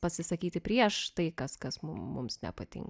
pasisakyti prieš tai kas kas mums nepatinka